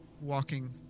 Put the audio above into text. walking